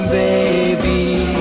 baby